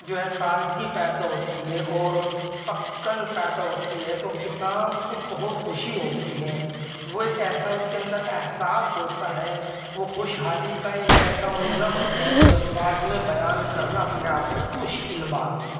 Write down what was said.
جو ہے تازگی پیدا ہوتی ہے اور پکن پیدا ہوتی ہے تو کسان کو بہت خوشی ہوتی ہے وہ ایک ایسا اس کے اندر احساس ہوتا ہے وہ خوشحالی کا ایک ایسا منظر ہوتا ہے جو الفاظ میں بیان کرنا اپنے آپ میں ایک مشکل بات ہے